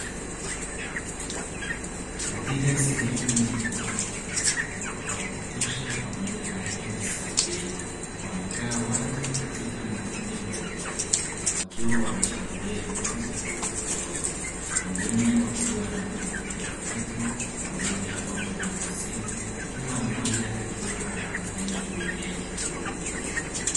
Katika sehemu yenye uwazi mwanga wa kutosha pamoja na hewa safi wamekaa watu katika makundi mbalimbali wakiwa wameshikilia vitu tofauti tofauti wengine wakiwa na kompyuta mpakato, wengine wakiwa na simu, kila mmoja akiwa anafanya shughuli yake kivyake.